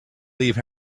leave